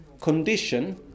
condition